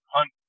Hunt